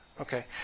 Okay